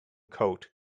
coat